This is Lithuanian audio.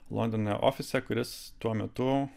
londone ofise kuris tuo metu